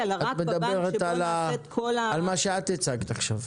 אלא רק בבנק שבו נעשית כל --- את מדברת על מה שאת הצגת עכשיו.